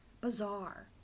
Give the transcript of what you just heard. bizarre